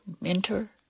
mentor